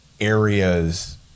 areas